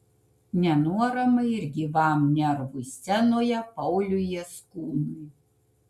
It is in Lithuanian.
nenuoramai ir gyvam nervui scenoje pauliui jaskūnui